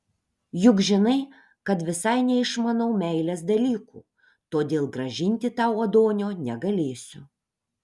juk žinai kad visai neišmanau meilės dalykų todėl grąžinti tau adonio negalėsiu